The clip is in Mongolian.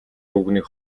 өвгөнийг